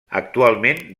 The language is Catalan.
actualment